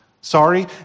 sorry